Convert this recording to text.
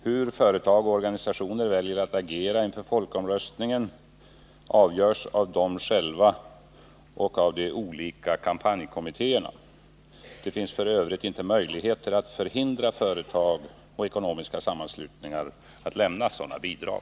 Hur företag och organisationer väljer att agera inför folkomröstningen avgörs av dem själva och de olika kampanjkommittéerna. Det finns f.ö. inte möjligheter att förhindra företag och ekonomiska sammanslutningar att lämna sådana bidrag.